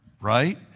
Right